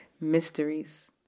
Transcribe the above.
Mysteries